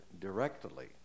directly